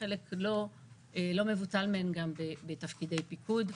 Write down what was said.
וחלק לא מבוטל מהן גם בתפקידי פיקוד.